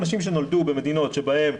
אנשים שנולדו במדינות שבהן,